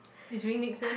is really next leh